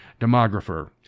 demographer